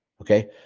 Okay